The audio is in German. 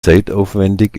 zeitaufwendig